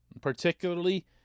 particularly